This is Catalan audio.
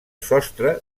sostre